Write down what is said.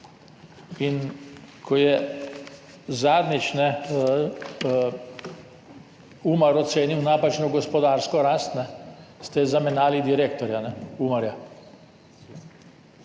In ko je zadnjič Umar ocenil napačno gospodarsko rast, ste zamenjali direktorja Umarja,